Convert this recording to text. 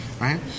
right